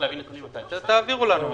תעבירו לנו.